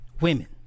women